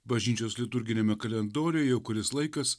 bažnyčios liturginiame kalendoriuj jau kuris laikas